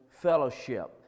fellowship